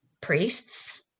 priests